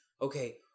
Okay